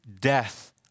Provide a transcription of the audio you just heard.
death